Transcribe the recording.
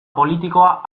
politikoa